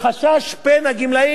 יצטרכו לעדכן להם את הגמלה.